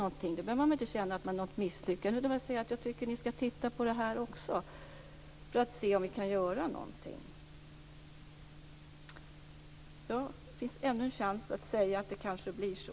Man behöver inte känna att det är ett misslyckande, utan man kunde säga att utredningen skall titta på också detta för att se om vi kan göra någonting. Det finns ännu en chans att säga att det kanske blir så.